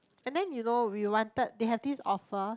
and then you know we wanted they have this offer